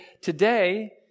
today